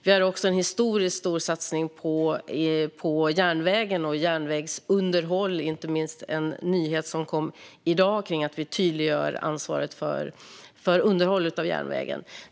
Vi har också en historiskt stor satsning på järnvägen och järnvägsunderhåll. Jag tänker inte minst på den nyhet som kom i dag om att vi tydliggör ansvaret för underhåll av järnvägen.